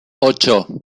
ocho